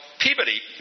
Peabody